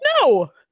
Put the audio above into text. No